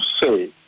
say